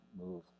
move